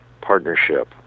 partnership